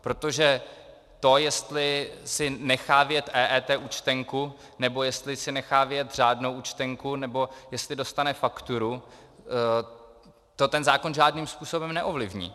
Protože to, jestli si nechá vyjet EET účtenku, nebo jestli si nechá vyjet řádnou účtenku, nebo jestli dostane fakturu, to ten zákon žádným způsobem neovlivní.